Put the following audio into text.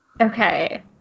Okay